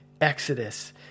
Exodus